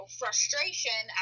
frustration